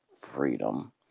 freedom